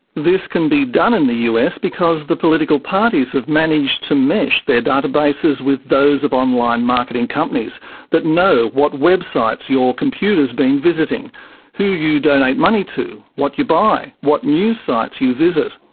this can be done in the us because the political parties have managed to mesh their databases with those of online marketing companies that know what websites your computer's been visiting who you donate money to, what you buy, what news sites you visit.